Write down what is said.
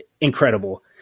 incredible